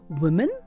women